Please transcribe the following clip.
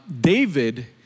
David